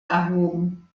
erhoben